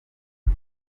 cye